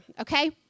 okay